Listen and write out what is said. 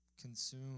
consume